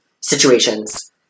situations